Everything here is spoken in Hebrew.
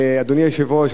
אדוני היושב-ראש,